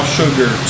sugar